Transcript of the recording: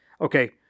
okay